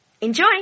Enjoy